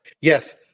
Yes